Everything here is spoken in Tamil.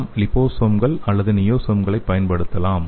நாம் லிபோசோம்கள் அல்லது நியோசோம்களைப் பயன்படுத்தலாம்